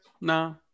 No